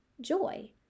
joy